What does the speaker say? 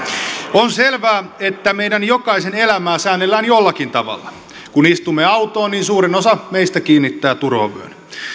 on selvää että meidän jokaisen elämää säännellään jollakin tavalla kun istumme autoon niin suurin osa meistä kiinnittää turvavyön